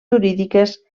jurídiques